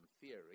theory